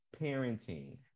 parenting